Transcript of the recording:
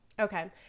Okay